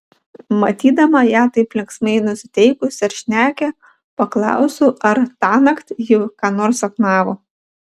matydama ją taip linksmai nusiteikusią ir šnekią paklausiau ar tąnakt ji ką nors sapnavo